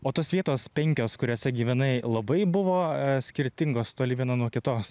o tos vietos penkios kuriose gyvenai labai buvo skirtingos toli viena nuo kitos